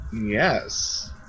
Yes